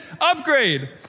upgrade